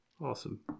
Awesome